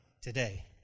today